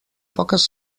poques